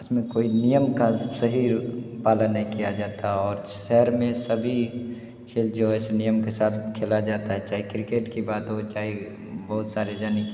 उसमें कोई नियम का सही पालन नहीं किया जाता और शेहर में सभी खेल जो है सो नियम के साथ खेला जाता है चाहे क्रिकेट की बात हो चाहे बहुत सारे यानि कि